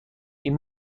این